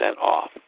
off